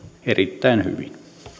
erittäin hyvin